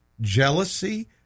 jealousy